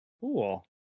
cool